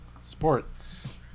Sports